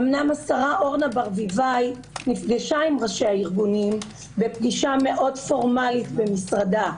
אמנם השרה ברביבאי נפגשה עם ראשי הארגונים בפגישה מאוד פורמלית במשרדה,